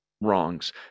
wrongs